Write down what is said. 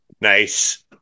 nice